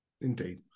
Indeed